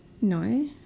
No